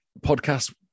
podcast